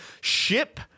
ship